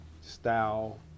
style